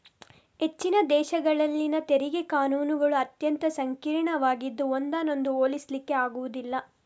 ಹೆಚ್ಚಿನ ದೇಶಗಳಲ್ಲಿನ ತೆರಿಗೆ ಕಾನೂನುಗಳು ಅತ್ಯಂತ ಸಂಕೀರ್ಣವಾಗಿದ್ದು ಒಂದನ್ನೊಂದು ಹೋಲಿಸ್ಲಿಕ್ಕೆ ಆಗುದಿಲ್ಲ